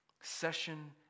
session